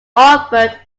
offered